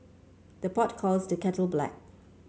the pot calls the kettle black